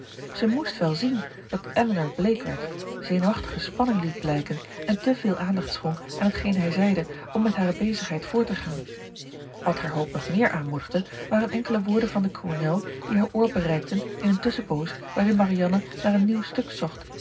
zij moest wel zien dat elinor bleek werd zenuwachtige spanning liet blijken en te veel aandacht schonk aan t geen hij zeide om met hare bezigheid voort te gaan wat haar hoop nog meer aanmoedigde waren enkele woorden van den kolonel die haar oor bereikten in een tusschenpoos waarin marianne naar een nieuw stuk zocht